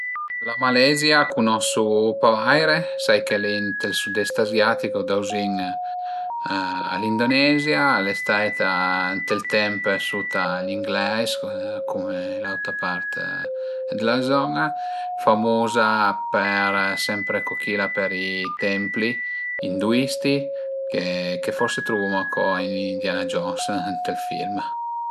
La Malesia cunosu pa vaire, sai ch'al e ënt ë sud-est aziatico dauzin a l'Indonezia, al e staita ënt ël temp suta a gli ingleis cume l'auta part d'la zon-a, famuza per sempre co chila per i templi induisti che forsi truvuma co ën Indiana Jones ënt ël film